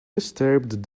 disturbed